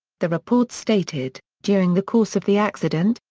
the report stated, during the course of the accident,